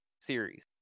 series